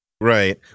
right